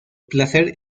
placer